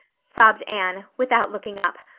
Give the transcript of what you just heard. sobbed anne, without looking up,